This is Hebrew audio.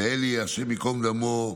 ואלי, ה' ייקום דמו,